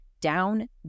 down